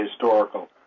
historical